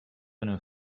nos